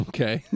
Okay